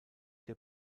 der